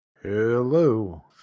Hello